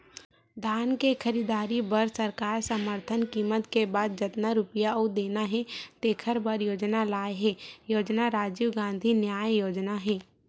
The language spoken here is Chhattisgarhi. धान के खरीददारी बर सरकार समरथन कीमत के बाद जतना रूपिया अउ देना हे तेखर बर योजना लाए हे योजना राजीव गांधी न्याय योजना हे